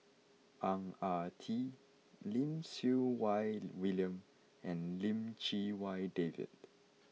Ang Ah Tee Lim Siew Wai William and Lim Chee Wai David